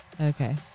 Okay